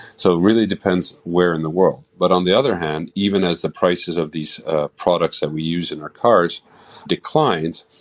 so, it really depends where in the world. but on the other hand, even as the prices of these products that we use in our cars declines,